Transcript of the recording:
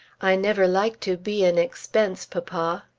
i never like to be an expense, papa.